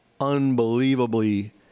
unbelievably